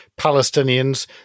Palestinians